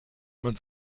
man